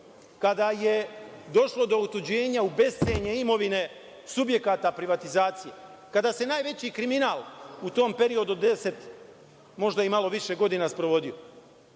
kada je došlo do otuđenja u bescenje imovine subjekata privatizacije, kada se najveći kriminal u tom periodu od deset, možda malo i više godina sprovodio